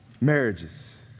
marriages